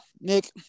Nick